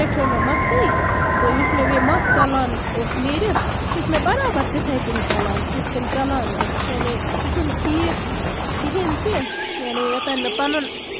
نہ زیٹھیو مےٚ مَسٕے تہٕ یُس مےٚ بیٚیہِ مَس ژَلان اور نیٖرِتھ سُہ چھُ مےٚ برابر تِتھٕے کَنۍ ژَلان یِتھ کَنۍ ژَلان اوس یعنی سُہ چھُنہٕ ٹھیٖک کِہینۍ تہِ یعنی یوتام مےٚ پَنُن